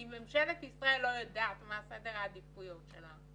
אם ממשלת ישראל לא יודעת מה סדר העדיפויות שלה,